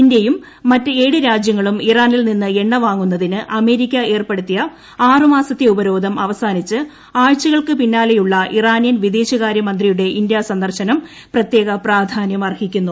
ഇന്ത്യയുഐമറ്റ് ഏഴ് രാജ്യങ്ങളും ഇറാനിൽ നിന്ന് എണ്ണ വാങ്ങുന്നത്തിന് അ്മേരിക്ക ഏർപ്പെടുത്തിയ ആറ് മാസത്തെ ഉപരോധം അപ്പസാനിച്ച് ആഴ്ചകൾക്ക് പിന്നാലെയുള്ള ഇറാനിയൻ വിദേശകാര്യമന്ത്രി യുടെ ഇന്ത്യാ സന്ദർശനം പ്രത്യേക പ്രാധാന്യം അർഹിക്കുന്നു